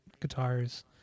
guitars